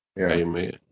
Amen